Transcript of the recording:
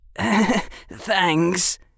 Thanks